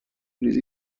ریزی